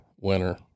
winner